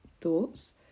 thoughts